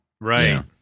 Right